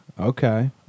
Okay